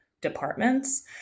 departments